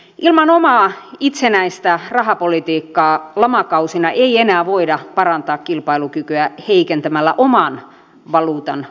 ilman omaa itsenäistä rahapolitiikkaa lamakausina ei enää voida parantaa kilpailukykyä heikentämällä oman valuutan arvoa